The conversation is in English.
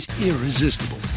Irresistible